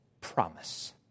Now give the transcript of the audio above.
promise